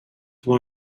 one